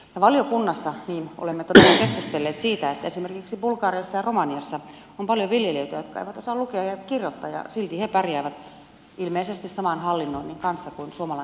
valiokunnassa olemme todella keskustelleet siitä että esimerkiksi bulgariassa ja romaniassa on paljon viljelijöitä jotka eivät osaa lukea eikä kirjoittaa ja silti he pärjäävät ilmeisesti saman hallinnoinnin kanssa kuin suomalainen maanviljelijä